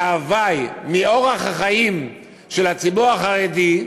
מההווי, מאורח החיים של הציבור החרדי,